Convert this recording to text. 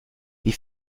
wie